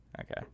Okay